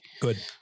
Good